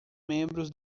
membros